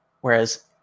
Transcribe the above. whereas